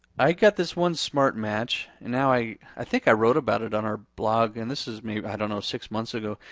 i got this one smart match, and now i, i think i wrote about it on our blog and this is maybe, i don't know six months ago.